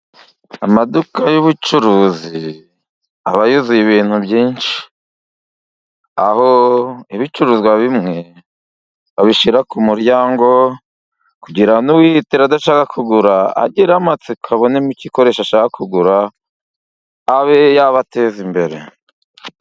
Amaduka y'ubucuruzi aba yuzuye ibintu byinshi, aho ibicuruzwa bimwe abishyira ku muryango kugira n'uwihitira adashaka kugura agire amatsiko, abonemo igikoresho ashaka kugura abe yabateza imbere.